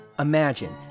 Imagine